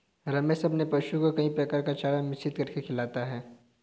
रमेश अपने पशुओं को कई प्रकार का चारा मिश्रित करके खिलाता है